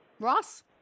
Ross